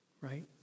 right